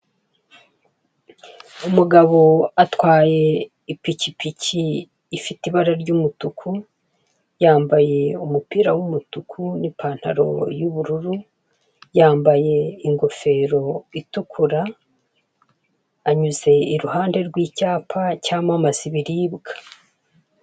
Umugabo atwaye ipikipiki ifite ibara ry'umutuku, yambaye umupira w'umutuku n'ipantaro y'ubururu, yambaye ingofero itukura, anyuze iruhande rw'icyapa cyamamaza ibiribwa.